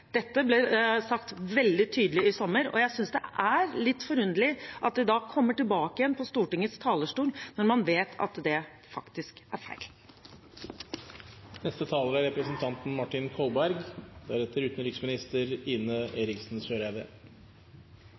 Dette ble sagt veldig tydelig i sommer, og jeg synes det er litt forunderlig at det kommer tilbake igjen på Stortingets talerstol når man vet at det faktisk er feil. Representanten Martin Kolberg